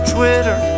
Twitter